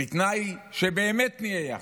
בתנאי שבאמת נהיה יחד.